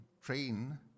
train